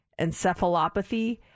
encephalopathy